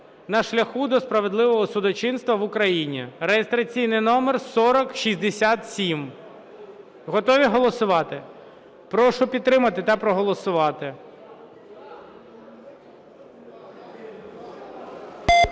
"На шляху до справедливого судочинства в Україні" (реєстраційний номер 4067). Готові голосувати? Прошу підтримати та проголосувати.